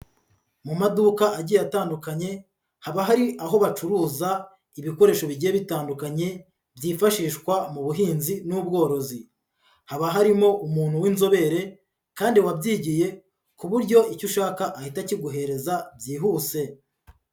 Mu maduka agiye atandukanye, haba hari aho bacuruza ibikoresho bigiye bitandukanye byifashishwa mu buhinzi n'ubworozi. Haba harimo umuntu w'inzobere kandi wabyigiye, ku buryo icyo ushaka ahita akiguhereza byihuse.